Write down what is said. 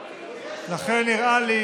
לכן נראה לי